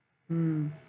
mm